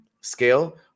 scale